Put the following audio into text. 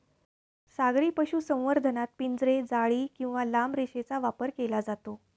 सागरी पशुसंवर्धनात पिंजरे, जाळी किंवा लांब रेषेचा वापर केला जातो